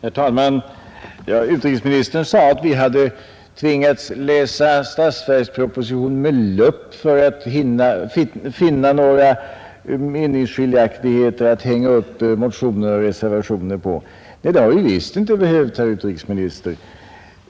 Herr talman! Utrikesministern sade att vi hade tvingats att läsa statsverkspropositionen med lupp för att finna några meningsskiljaktigheter att hänga upp motioner och reservationer på. Det har vi visst inte behövt, herr utrikesminister.